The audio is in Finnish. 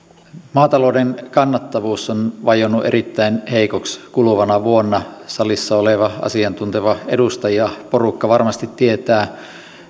maatalouden kannattavuus on vajonnut erittäin heikoksi kuluvana vuonna salissa oleva asiantunteva edustajaporukka varmasti tietää